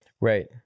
right